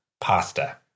Pasta